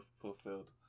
fulfilled